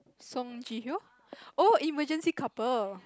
Song-Ji-Hyo oh emergency-couple